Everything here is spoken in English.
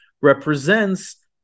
represents